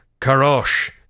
Karosh